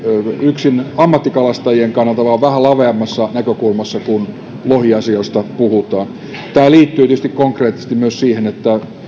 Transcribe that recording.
yksin ammattikalastajien kannalta vaan vähän laveammassa näkökulmassa kun lohiasioista puhutaan tämä liittyy tietysti konkreettisesti myös siihen